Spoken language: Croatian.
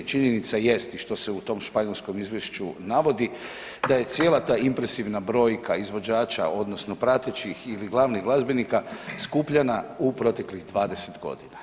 Činjenica jest i što se u tom španjolskom izvješću navodi da je cijela ta impresivna brojka izvođača odnosno pratećih ili glavnih glazbenika skupljena u proteklih 20 godina.